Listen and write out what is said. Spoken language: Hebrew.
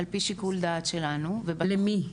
על פי שיקול דעת שלנו --- למי?